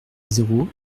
zéro